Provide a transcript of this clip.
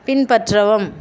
பின்பற்றவும்